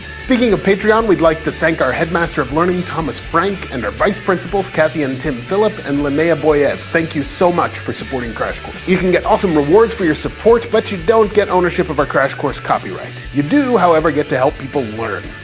speaking of patreon, we'd like to thank our headmaster of learning thomas frank and our vice principals kathy and tim philip and linnea boyev. thank you so much for supporting crash course. you can get awesome rewards for your support but you don't get ownership of our crash course copyright. you do, however, get to help people learn.